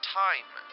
time